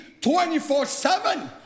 24-7